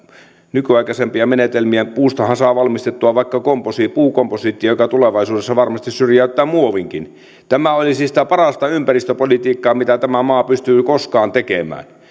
nykyaikaisempia menetelmiä puustahan saa valmistettua vaikka puukomposiittia puukomposiittia joka tulevaisuudessa varmasti syrjäyttää muovinkin tämä olisi sitä parasta ympäristöpolitiikkaa mitä tämä maa pystyy koskaan tekemään